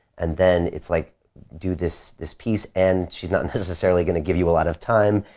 and then it's like do this this piece, and she's not necessarily going to give you a lot of time,